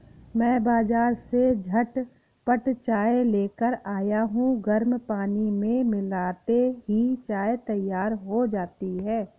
मैं बाजार से झटपट चाय लेकर आया हूं गर्म पानी में मिलाते ही चाय तैयार हो जाती है